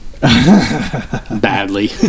badly